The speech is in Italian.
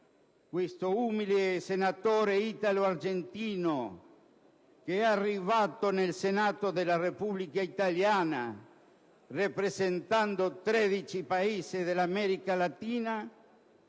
questo umile senatore italo-argentino, che è arrivato nel Senato della Repubblica italiana rappresentando 13 Paesi dell'America latina,